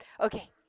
Okay